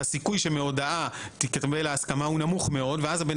הסיכוי שמהודעה תתקבל ההסכמה הוא נמוך מאוד ואז הבן